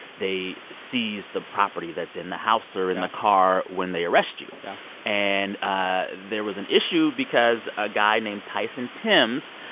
they seize the property that's in the house. yeah. or in the car when they arrest you yeah and ah there was an issue because a guy named tyson timbs,